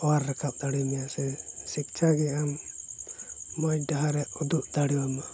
ᱚᱣᱟᱨ ᱨᱟᱠᱟᱵ ᱫᱟᱲᱮᱭᱤᱧᱟ ᱥᱮ ᱥᱤᱪᱪᱷᱟ ᱜᱮ ᱟᱢ ᱢᱚᱡᱽ ᱰᱟᱦᱟᱨᱮ ᱩᱫᱩᱜ ᱫᱟᱲᱮᱭᱟᱢᱟ